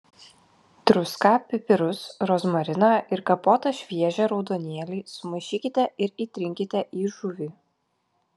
druską pipirus rozmariną ir kapotą šviežią raudonėlį sumaišykite ir įtrinkite į žuvį